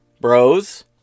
bros